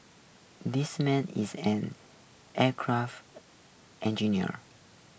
this man is an aircraft engineer